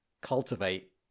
cultivate